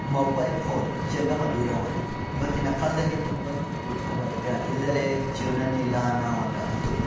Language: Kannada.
ಮೊಬೈಲ್ ಫೋನ್ ಜಂಗಮ ದೂರವಾಣಿ ಇವತ್ತಿನ ಕಾಲದಲ್ಲಿ ತುಂಬನೇ ಉಪಯುಕ್ತವಾಗಿದೆ ಅದು ಇಲ್ಲದೇನೆ ಜೀವನನೇ ಇಲ್ಲ ಅನ್ನೋ ಒಂದು ಹಂತಕ್ಕೆ ಬಂದಿದ್ದೀವಿ